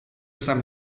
sam